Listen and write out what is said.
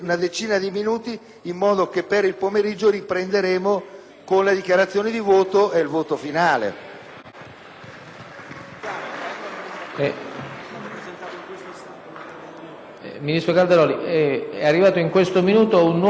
Ministro Calderoli, è arrivato in questo momento un nuovo emendamento, il 21.0.100 del relatore, sulle norme transitorie per le Città metropolitane, che sostituisce